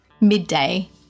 midday